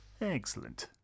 excellent